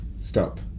stop